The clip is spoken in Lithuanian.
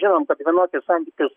žinom kad vienokius santykius